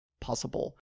possible